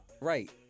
right